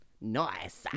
nice